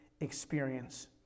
experience